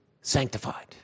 sanctified